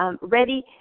ready